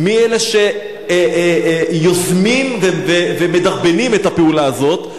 מי אלה שיוזמים ומדרבנים את הפעולה הזאת,